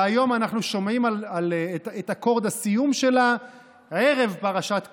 והיום אנחנו שומעים את אקורד הסיום שלה ערב פרשת קרח.